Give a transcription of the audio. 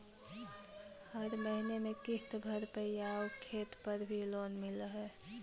हर महीने में किस्त भरेपरहै आउ खेत पर भी लोन मिल है?